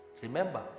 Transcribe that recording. Remember